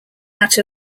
out